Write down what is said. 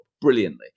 brilliantly